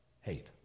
hate